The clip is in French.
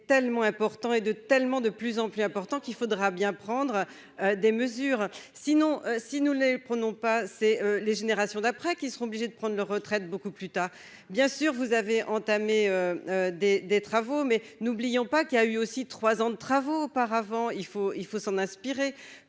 tellement important et de tellement de plus en plus important qu'il faudra bien prendre des mesures, sinon si nous les prenons pas c'est les générations d'après qui seront obligés de prendre leur retraite beaucoup plus tard, bien sûr vous avez entamé des des travaux, mais n'oublions pas qu'il a eu aussi 3 ans de travaux auparavant il faut il faut s'en inspirer,